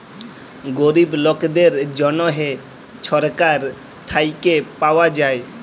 গরিব লকদের জ্যনহে ছরকার থ্যাইকে পাউয়া যায়